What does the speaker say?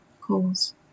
calls